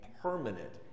permanent